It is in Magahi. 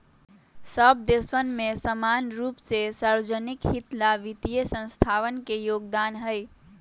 सब देशवन में समान रूप से सार्वज्निक हित ला वित्तीय संस्थावन के योगदान हई